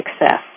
success